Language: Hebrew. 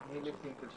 מפה מצבית ותוכנית